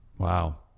Wow